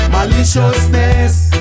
Maliciousness